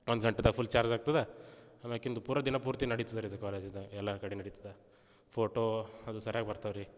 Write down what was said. ಒಂದು ಗಂಟೆಯಾಗ full charge ಆಗ್ತದೆ ಆಮೇಲಿಂದು ಪೂರಾ ದಿನ ಪೂರ್ತಿ ನಡಿತದೆ ರೀ ಇದು ಕಾಲೇಜಿಂದ ಎಲ್ಲ ಕಡೆ ನಡಿತದೆ ಫೋಟೋ ಅದು ಸರಿಯಾಗಿ ಬರ್ತಾವೆ ರೀ